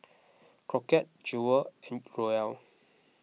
Crockett Jewel Roel